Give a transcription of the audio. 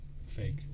Fake